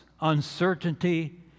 uncertainty